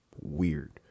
weird